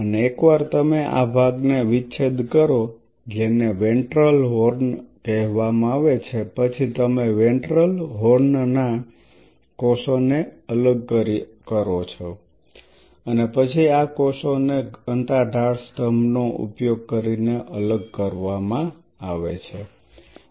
અને એકવાર તમે આ ભાગને વિચ્છેદ કરો જેને વેન્ટ્રલ હોર્ન કહેવામાં આવે છે પછી તમે વેન્ટ્રલ હોર્નના કોષોને અલગ કરો છો અને પછી આ કોષોને ઘનતા ઢાળ સ્તંભનો ઉપયોગ કરીને અલગ કરવામાં આવે છે